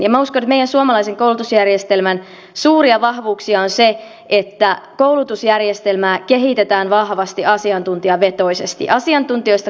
ja minä uskon että meidän suomalaisen koulutusjärjestelmän suuria vahvuuksia on se että koulutusjärjestelmää kehitetään vahvasti asiantuntijavetoisesti